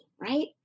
right